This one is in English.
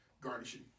Garnishing